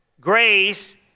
grace